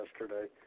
yesterday